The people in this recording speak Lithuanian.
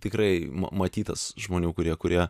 tikrai matytas žmonių kurie kurie